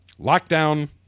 lockdown